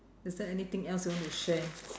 is there anything else you want to share